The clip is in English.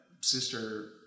sister